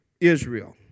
Israel